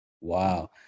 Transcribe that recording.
Wow